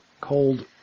cold